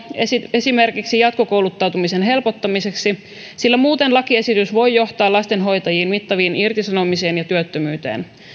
esimerkiksi jatkokouluttamisen helpottamiseksi sillä muuten lakiesitys voi johtaa lastenhoitajien mittaviin irtisanomisiin ja työttömyyteen